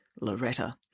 Loretta